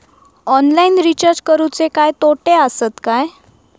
Online recharge करुचे काय तोटे आसत काय?